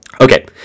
Okay